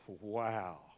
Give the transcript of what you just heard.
Wow